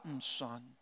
son